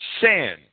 sin